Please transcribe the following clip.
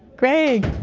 greg!